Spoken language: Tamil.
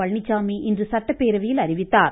பழனிசாமி இன்று சட்டப்பேரவையில் அறிவித்தார்